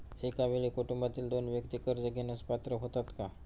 एका वेळी कुटुंबातील दोन व्यक्ती कर्ज घेण्यास पात्र होतात का?